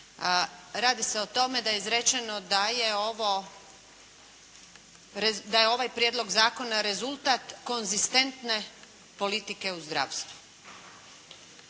radi se o tome da je izrečeno da je ovaj prijedlog zakona rezultat konzistentne politike u zdravstvu.